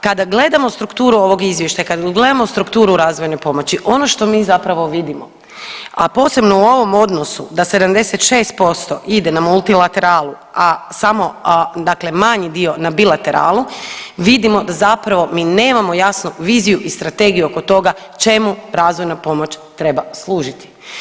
Kada gledamo strukturu ovog izvještaja i kada gledamo strukturu razvojne pomoći ono što mi zapravo vidimo, a posebno u ovom odnosu da 76% ide na multilateralu, a samo dakle manji dio na bilateralu vidimo da zapravo mi nemamo jasnu viziju i strategiju oko toga čemu razvojna pomoć treba služiti.